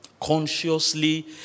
consciously